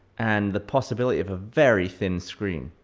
and the possibility of a very thin screen.